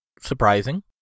surprising